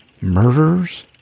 murders